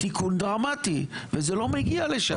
תיקון דרמטי, וזה לא מגיע לשם.